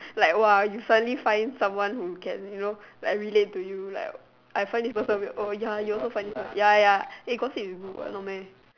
like !wah! you finally find someone who can you know like relate to you like I find this person weird oh ya you also find this person ya ya eh gossip is good what no meh